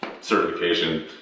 certification